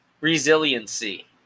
Resiliency